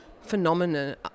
phenomena